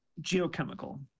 geochemical